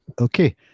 Okay